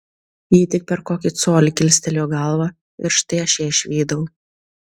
ji tik per kokį colį kilstelėjo galvą ir štai aš ją išvydau